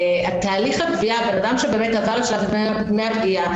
אדם שעבר את שלב דמי הפגיעה,